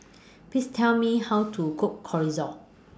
Please Tell Me How to Cook Chorizo